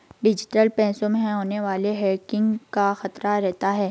digital पैसा होने पर हैकिंग का खतरा रहता है